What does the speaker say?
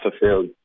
fulfilled